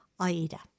AIDA